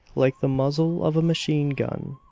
like the muzzle of a machine gun.